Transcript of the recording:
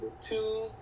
two